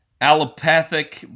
allopathic